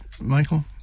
Michael